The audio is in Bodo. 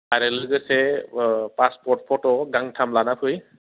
आरो लोगोसे पासपर्ट फट' गांथाम लाना फै